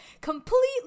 completely